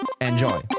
Enjoy